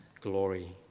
glory